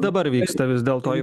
dabar vyksta vis dėlto